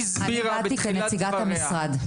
אני באתי כנציגת המשרד.